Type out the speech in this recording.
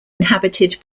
inhabited